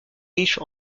riche